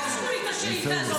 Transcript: לא אישרו לי את השאילתה הזאת.